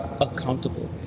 accountable